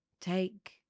Take